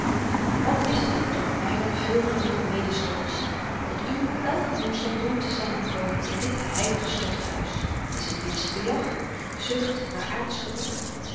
wat is het dan toch myne veelgeliefde medestotters dat u op elken woensdag doen te-zamen komen in dit heilig stotterhuis is het winstbejag zucht naar aardsch